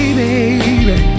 baby